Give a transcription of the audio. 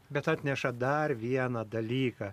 bet atneša dar vieną dalyką